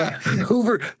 Hoover